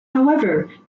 however